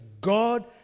god